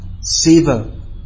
Siva